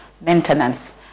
maintenance